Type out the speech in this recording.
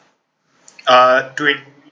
uh twen~